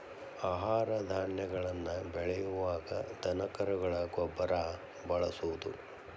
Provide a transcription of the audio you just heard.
ಆಹಾರ ಧಾನ್ಯಗಳನ್ನ ಬೆಳಿಯುವಾಗ ದನಕರುಗಳ ಗೊಬ್ಬರಾ ಬಳಸುದು